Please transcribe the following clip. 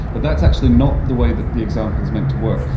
but that's actually not the way that the example is meant to work.